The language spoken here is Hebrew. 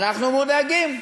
אנחנו מודאגים.